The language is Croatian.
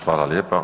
Hvala lijepa.